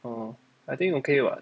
oh I think okay what